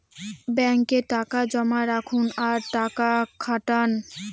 ব্যাঙ্কে টাকা জমা রাখুন আর টাকা খাটান